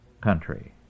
country